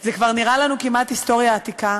זה כבר נראה לנו כמעט היסטוריה עתיקה.